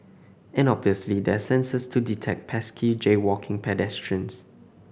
and obviously there are sensors to detect pesky jaywalking pedestrians